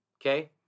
okay